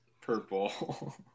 purple